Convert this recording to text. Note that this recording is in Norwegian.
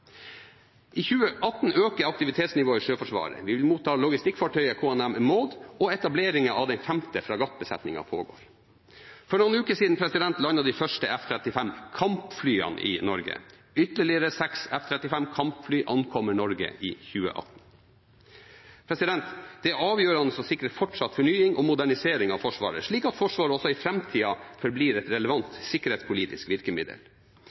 fra 2018. I 2018 øker aktivitetsnivået i Sjøforsvaret. Vi vil motta logistikkfartøyet KNM «Maud», og etablering av den femte fregattbesetningen pågår. For noen uker siden landet de første F-35-kampflyene i Norge. Ytterligere seks F-35-kampfly ankommer Norge i 2018. Det er avgjørende å sikre fortsatt fornying og modernisering av Forsvaret, slik at Forsvaret også i framtiden forblir et relevant sikkerhetspolitisk virkemiddel.